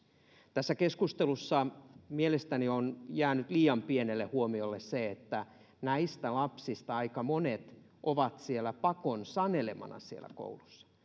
tässä keskustelussa mielestäni on jäänyt liian pienelle huomiolle se että näistä lapsista aika monet ovat pakon sanelemana siellä koulussa